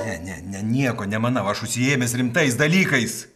ne ne ne nieko nemanau aš užsiėmęs rimtais dalykais